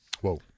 Whoa